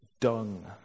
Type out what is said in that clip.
dung